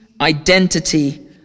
identity